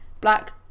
black